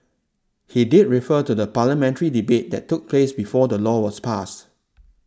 he did refer to the parliamentary debate that took place before the law was passed